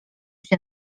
się